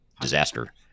disaster